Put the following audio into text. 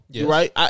right